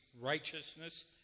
righteousness